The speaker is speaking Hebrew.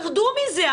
תרדו מזה,